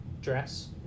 dress